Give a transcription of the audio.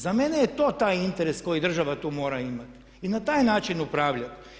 Za mene je to taj interes koji država tu mora imati i na taj način upravljati.